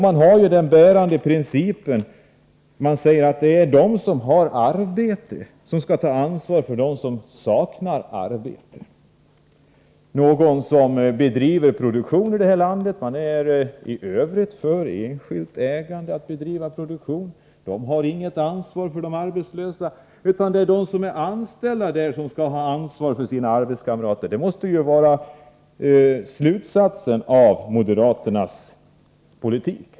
Man har ju den bärande principen. Man säger att det är de som har arbete som skall ta ansvar för dem som saknar arbete. I övrigt är man för enskilt ägande då det gäller produktion. De har inget ansvar för de arbetslösa utan det är de anställda som skall ha ansvar för sina arbetskamrater. Det är den slutsats man måste dra beträffande moderaternas politik.